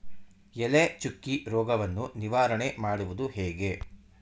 ಎಲೆ ಚುಕ್ಕಿ ರೋಗವನ್ನು ನಿವಾರಣೆ ಮಾಡುವುದು ಹೇಗೆ?